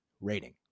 rating